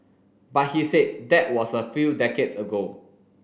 but he said that was a few decades ago